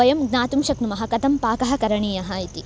वयं ज्ञातुं शक्नुमः कथं पाकः करणीयः इति